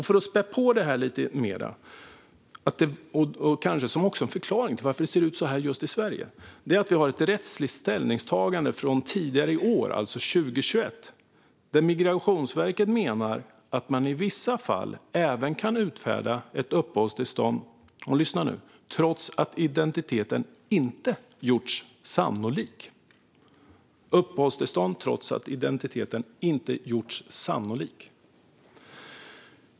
För att spä på detta ytterligare och kanske som en förklaring till varför är det ser ut så här just i Sverige: vi har ett rättsligt ställningstagande från tidigare i år, alltså 2021, där Migrationsverket menar att man i vissa fall kan utfärda ett uppehållstillstånd, och lyssna nu, trots att identiteten inte gjorts sannolik.